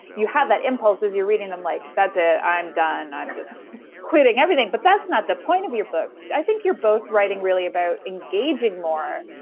you have that impulse as you're reading them, like that's it, i'm done, i'm just quitting everything, but that's not the point of your books. i know you're both writing really about engaging more,